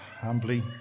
humbly